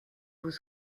vous